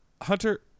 Hunter